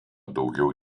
daugiau